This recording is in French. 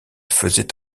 faisait